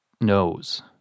knows